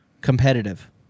competitive